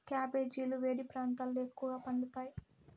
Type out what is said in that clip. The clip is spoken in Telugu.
క్యాబెజీలు వేడి ప్రాంతాలలో ఎక్కువగా పండుతాయి